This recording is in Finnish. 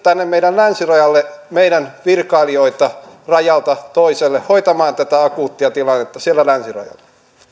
meidän länsirajalle meidän virkailijoita rajalta toiselle hoitamaan tätä akuuttia tilannetta siellä länsirajalla